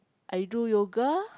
I do yoga